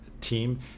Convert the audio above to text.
team